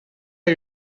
are